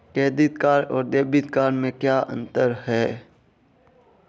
Credit card और debit card में क्या अंतर है?